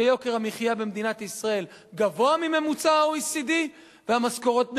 שיוקר המחיה במדינת ישראל גבוה מממוצע ה-OECD והמשכורות נמוכות.